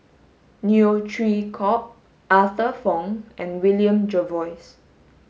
Neo Chwee Kok Arthur Fong and William Jervois